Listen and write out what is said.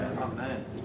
Amen